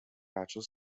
battle